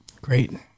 great